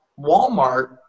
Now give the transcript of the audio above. Walmart